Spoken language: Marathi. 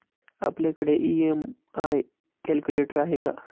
आपल्याकडे ई.एम.आय कॅल्क्युलेटर आहे का?